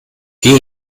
geh